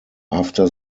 after